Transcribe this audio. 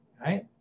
right